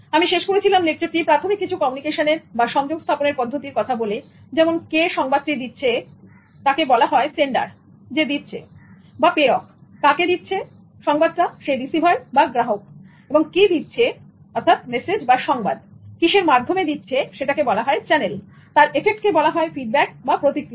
আমি শেষ করেছিলাম লেকচারটি প্রাথমিক কিছু কমিউনিকেশনের বা সংযোগ স্থাপনের পদ্ধতির কথা বলে যেমন কে দিচ্ছে তাকে বলা হয় সেন্ডার বা প্রেরক কাকে দিচ্ছে সে রিসিভার বা গ্রাহক কি দিচ্ছে মেসেজ বা সংবাদকিসের মাধ্যমে দিচ্ছে সেটাকে বলা হয় চ্যানেল তার এফেক্টকে বলা হয় ফিডব্যাক বা প্রতিক্রিয়া